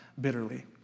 bitterly